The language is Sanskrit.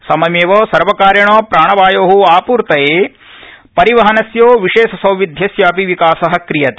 सममेव सर्वकारेण प्राणवायोः आपूर्तये परिवहनस्य विशेष सौविध्यस्य अपि विकासः क्रियते